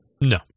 No